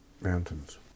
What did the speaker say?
mountains